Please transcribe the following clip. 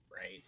right